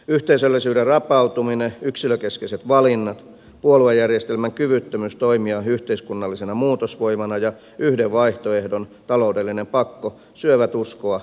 yhteisöllisyyden rapautuminen yksilökeskeiset valinnat puoluejärjestelmän kyvyttömyys toimia yhteiskunnallisena muutosvoimana ja yhden vaihtoehdon taloudellinen pakko syövät uskoa vaikuttamisen mahdollisuuksiin